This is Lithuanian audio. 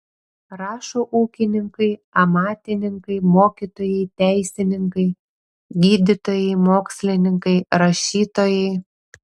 rašo ūkininkai amatininkai mokytojai teisininkai gydytojai mokslininkai rašytojai